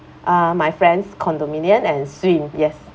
uh my friend's condominium and swim yes